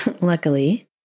luckily